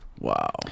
Wow